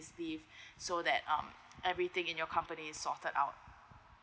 leave so that um everything in your company is sorted out